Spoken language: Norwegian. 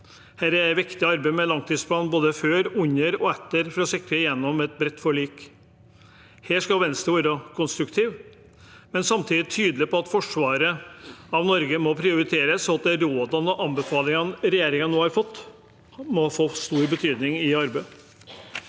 Det er et viktig arbeid med langtidsplanen både før, under og etter for å sikre et bredt forlik. Her skal Venstre være konstruktiv, men samtidig tydelig på at forsvaret av Norge må prioriteres. Så de rådene og anbefalingene regjeringen nå har fått, må få stor betydning i arbeidet.